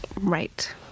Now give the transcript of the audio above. Right